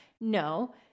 No